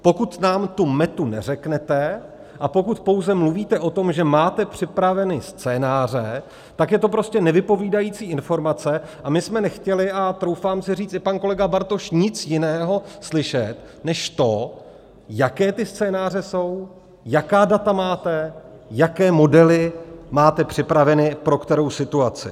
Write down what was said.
Pokud nám tu metu neřeknete a pokud pouze mluvíte o tom, že máte připraveny scénáře, tak je to prostě nevypovídající informace a my jsme nechtěli a troufám si říct, že i pan kolega Bartoš nic jiného slyšet než to, jaké ty scénáře jsou, jaká data máte, jaké modely máte připraveny pro kterou situaci.